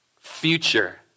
future